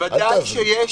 יוראי, בחייך?